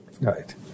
right